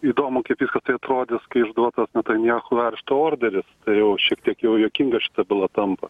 įdomu kaip visa tai atrodys kai išduotas netanjahu arešto orderis tai jau šiek tiek jau juokinga šita byla tampa